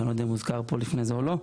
שאני לא יודע אם הוזכר פה לפני זה או לא,